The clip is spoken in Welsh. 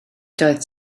doedd